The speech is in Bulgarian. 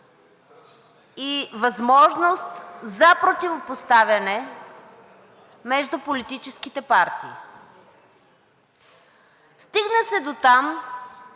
и възможност за противопоставяне между политическите партии. Стигна се дотам,